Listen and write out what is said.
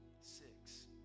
six